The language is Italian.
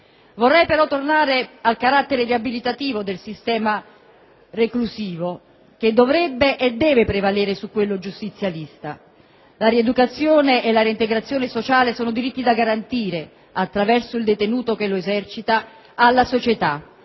Vorrei però tornare al carattere riabilitativo del sistema reclusivo che dovrebbe e deve prevalere su quello giustizialista. La rieducazione e la reintegrazione sociale sono diritti da garantire, attraverso il detenuto che lo esercita, alla società,